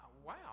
Wow